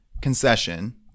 concession